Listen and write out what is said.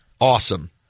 awesome